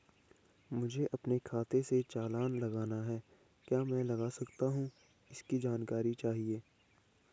मुझे अपने खाते से चालान लगाना है क्या मैं लगा सकता हूँ इसकी जानकारी चाहिए?